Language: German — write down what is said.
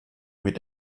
mit